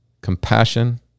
Compassion